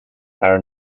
are